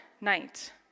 night